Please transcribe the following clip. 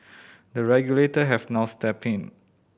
the regulator have now stepped in